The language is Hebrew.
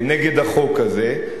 נגד החוק הזה.